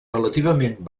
relativament